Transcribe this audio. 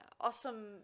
awesome